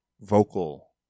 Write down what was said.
vocal